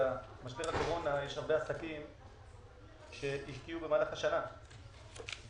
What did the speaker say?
במשבר הקורונה יש הרבה עסקים שהשקיעו במהלך השנה וזה